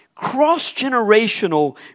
Cross-generational